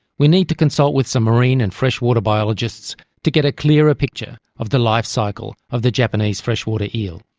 we need to consult with some marine and freshwater biologists to get a clearer picture of the life cycle of the japanese freshwater eel.